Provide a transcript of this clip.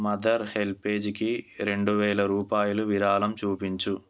mother హెల్పేజ్కి రెండు వేల రూపాయలు విరాళం చూపించు